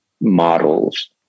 models